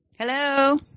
Hello